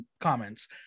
comments